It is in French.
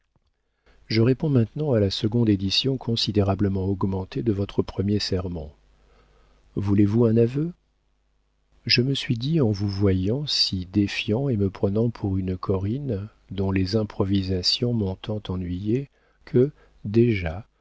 je réponds maintenant à la seconde édition considérablement augmentée de votre premier sermon voulez-vous un aveu je me suis dit en vous voyant si défiant et me prenant pour une corinne dont les improvisations m'ont tant ennuyée que déjà